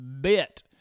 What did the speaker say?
bit